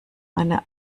eine